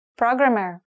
programmer